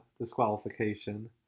disqualification